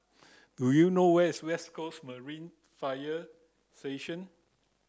do you know where is West Coast Marine Fire Station